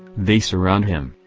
they surround him,